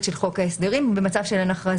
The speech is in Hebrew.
של חוק ההסדרים במצב של אין הכרזה.